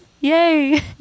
Yay